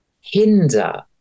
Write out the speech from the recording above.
hinder